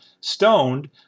stoned